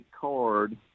card